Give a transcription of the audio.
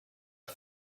are